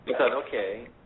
okay –